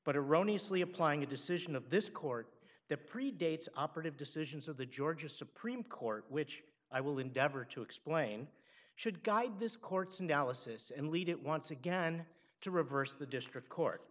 but eroni slee applying a decision of this court that predates operative decisions of the georgia supreme court which i will endeavor to explain should guide this court's analysis and lead it once again to reverse the district court